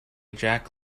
jack